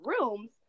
rooms